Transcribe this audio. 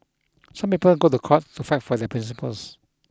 some people go to court to fight for their principles